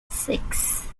six